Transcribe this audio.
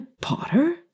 Potter